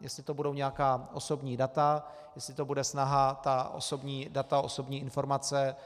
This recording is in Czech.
Jestli to budou nějaká osobní data, jestli to bude snaha osobní data, osobní informace